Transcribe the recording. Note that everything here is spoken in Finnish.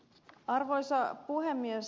arvoisa puhemies